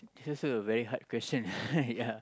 this also a very hard question ya